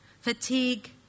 Fatigue